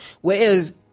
Whereas